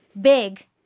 big